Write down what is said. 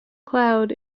cloud